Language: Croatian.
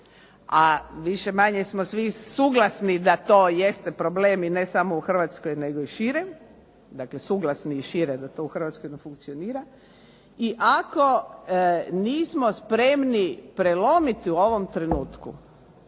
a više-manje smo suglasni da to jeste problem i ne samo u Hrvatskoj nego i šire. Dakle, suglasni i šire da to u Hrvatskoj ne funkcionira i ako nismo spremni prelomiti u ovom trenutku